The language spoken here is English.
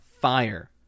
fire